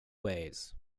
ways